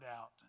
out